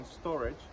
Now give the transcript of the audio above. storage